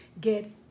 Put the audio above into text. get